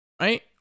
right